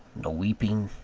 no weeping,